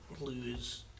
lose